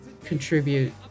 contribute